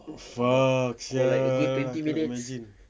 fuck sia cannot imagine